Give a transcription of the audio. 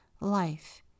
life